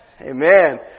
Amen